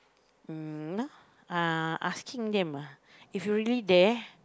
mm uh asking them ah if you really there